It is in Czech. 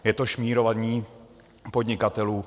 Je to šmírování podnikatelů.